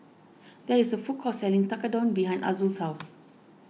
there is a food court selling Tekkadon behind Azul's house